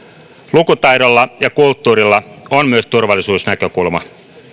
lukutaidolla ja kulttuurilla on myös turvallisuusnäkökulma